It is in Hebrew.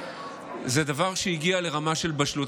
זה דבר שהגיע לרמה של בשלות.